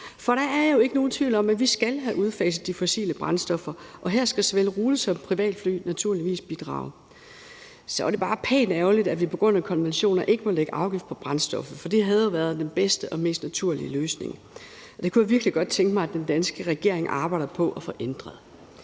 For der er jo ikke nogen tvivl om, at vi skal have udfaset de fossile brændstoffer, og her skal såvel rute- som privatfly naturligvis bidrage. Så er det bare pænt ærgerligt, at vi på grund af konventioner ikke må lægge en afgift på brændstoffet, for det havde jo været den bedste og mest naturlige løsning, og det kunne jeg virkelig godt tænke mig at den danske regering arbejder på at få ændret.